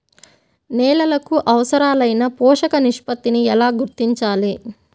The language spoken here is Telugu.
నేలలకు అవసరాలైన పోషక నిష్పత్తిని ఎలా గుర్తించాలి?